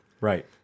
Right